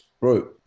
Bro